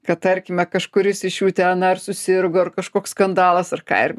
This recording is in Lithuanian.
kad tarkime kažkuris iš jų ten ar susirgo ar kažkoks skandalas ar ką ir